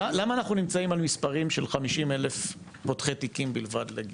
למה אנחנו נמצאים על מספרים של 50,000 פותחי תיקים בלבד לגיור?